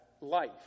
life